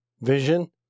vision